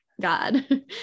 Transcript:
God